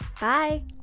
Bye